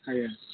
ଆଜ୍ଞା